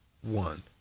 one